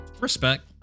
respect